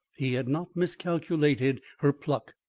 he had not miscalculated her pluck.